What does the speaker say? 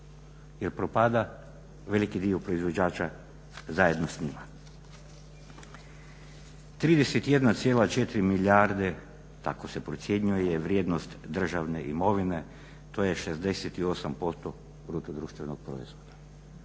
jer propada veliki dio proizvođača zajedno s njima. 31,4 milijarde, tako se procjenjuje, je vrijednost državne imovine. To je 68% BDP-a. Poštovane kolegice